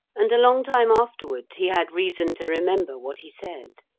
and a long time afterward he had reason to remember what he said.